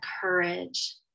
courage